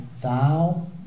thou